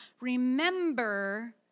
remember